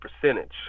percentage